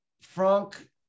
Frank